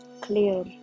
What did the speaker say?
clear